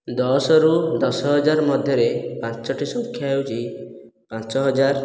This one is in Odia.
ଦଶରୁ ଦଶ ହଜାର ମଧ୍ୟରେ ପାଞ୍ଚଟି ସଂଖ୍ୟା ହେଉଛି ପାଞ୍ଚ ହଜାର